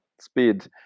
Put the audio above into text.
speed